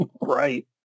Right